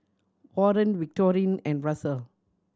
Warren Victorine and Russell